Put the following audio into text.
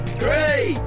three